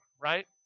right